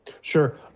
Sure